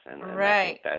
Right